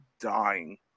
dying